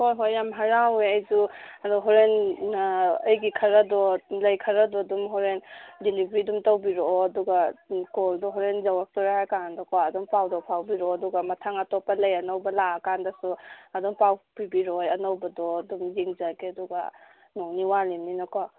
ꯍꯣꯏ ꯍꯣꯏ ꯌꯥꯝ ꯍꯔꯥꯎꯋꯦ ꯑꯩꯁꯨ ꯑꯗꯣ ꯍꯣꯔꯦꯟ ꯑꯩꯒꯤ ꯈꯔꯗꯣ ꯂꯩ ꯈꯔꯗꯣ ꯑꯗꯨꯝ ꯍꯣꯔꯦꯟ ꯗꯤꯂꯤꯕꯔꯤ ꯇꯧꯕꯤꯔꯛꯑꯣ ꯑꯗꯨꯒ ꯀꯣꯜꯗꯣ ꯍꯣꯔꯦꯟ ꯌꯧꯔꯛꯇꯣꯔꯦ ꯍꯥꯏꯔꯀꯥꯟꯗꯀꯣ ꯑꯗꯨꯝ ꯄꯥꯎꯗꯣ ꯐꯥꯎꯕꯤꯔꯛꯑꯣ ꯑꯗꯨꯒ ꯃꯊꯪ ꯑꯇꯣꯞꯄ ꯂꯩ ꯑꯅꯧꯕ ꯂꯥꯛꯑꯀꯥꯟꯗꯁꯨ ꯑꯗꯨꯝ ꯄꯥꯎ ꯄꯤꯕꯤꯔꯛꯑꯣ ꯑꯅꯧꯕꯗꯣ ꯑꯗꯨꯝ ꯌꯦꯡꯖꯒꯦ ꯑꯗꯨꯒ ꯅꯣꯡꯅꯤꯅꯤ ꯋꯥꯠꯂꯤꯝꯅꯤꯅꯀꯣ